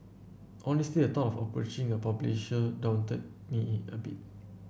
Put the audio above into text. honestly the thought of approaching a publisher daunted me a bit